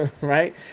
right